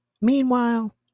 Meanwhile